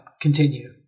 continue